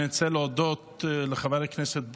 אני רוצה להודות לחבר הכנסת בוסו,